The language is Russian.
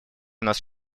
нас